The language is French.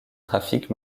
trafic